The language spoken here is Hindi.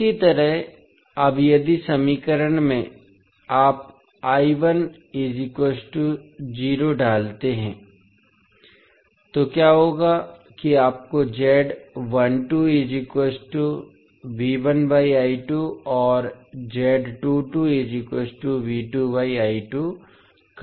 इसी तरह अब इस समीकरण में यदि आप डालते हैं तो क्या होगा कि आपको और का मान मिलेगा